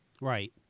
Right